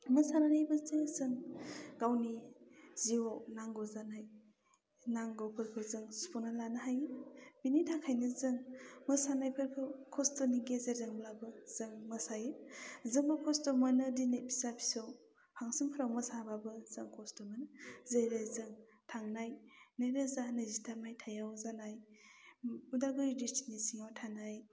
मोसानानैबो जे जों गावनि जिउआव नांगौ जानाय नांगौफोरखौ जों सुख'ना लानो हायो बिनि थाखायनो जों मोसानायफोरखौ खस्थ'नि गेजेरजोंब्लाबो जों मोसायो जोंबो खस्थ' मोनो दिनै फिसा फिसौ फांसनफ्राव मोसाब्लाबो जों खस्थ' मोनो जेरै जों थांनाय नैरोजा नैजिथाम मायथाइआव जानाय उदालगुरि डिस्ट्रिकनि सिङाव थानाय